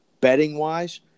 betting-wise